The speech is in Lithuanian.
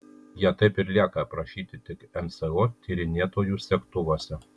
jie taip ir lieka aprašyti tik nso tyrinėtojų segtuvuose